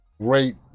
great